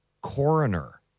coroner